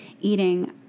eating